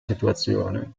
situazione